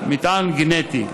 מטען גנטי.